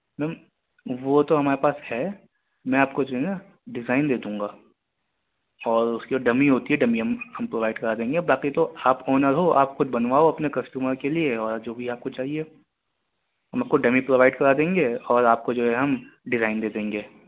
میم وہ تو ہمارے پاس ہے میں آپ کو جو ہے نا ڈیزائن دے دوں گا اور اس کی جو ڈمی ہوتی ہے ڈمی ہم ہم پرووائڈ کرا دیں گے باقی تو آپ آنر ہو آپ خود بنواؤ اپنے کسٹمر کے لیے اور جو بھی آپ کو چاہیے ہم آپ کو ڈمی پرووائڈ کرا دیں گے اور آپ کو جو ہے ہم ڈیزائن دے دیں گے